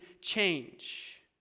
change